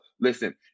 listen